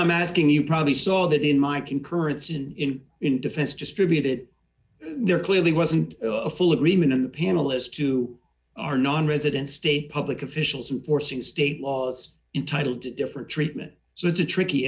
i'm asking you probably saw that in my concurrence and in in defense distributed there clearly wasn't a full agreement on the panelists to our nonresident state public officials from forcing state laws in title to different treatment so it's a tricky